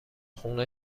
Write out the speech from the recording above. خونه